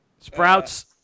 Sprouts